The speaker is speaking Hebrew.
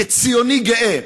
כציוני גאה,